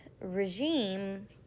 regime